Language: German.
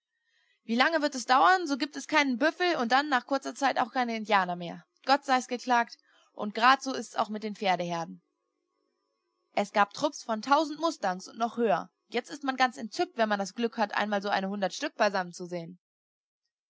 wie lange wird es dauern so gibt es keinen büffel und dann nach kurzer zeit auch keinen indianer mehr gott sei es geklagt und grad so ist's auch mit den pferdeherden es gab trupps von tausend mustangs und noch höher jetzt ist man ganz entzückt wenn man das glück hat einmal so ein hundert stück beisammen zu sehen